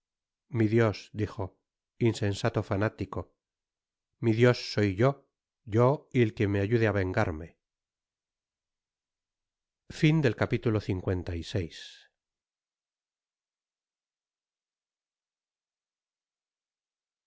mi dios dijo insensato fanático mi dios soy yo yo y el que me ayude á vengarme